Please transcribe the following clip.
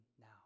now